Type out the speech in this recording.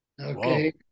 Okay